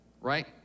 right